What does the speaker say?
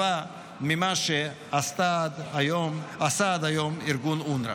טובה ממה שעשה עד היום ארגון אונר"א.